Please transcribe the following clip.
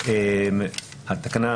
סולבנטית,